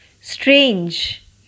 Strange